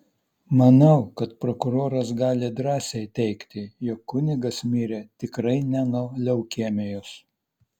manau kad prokuroras gali drąsiai teigti jog kunigas mirė tikrai ne nuo leukemijos